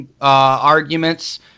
arguments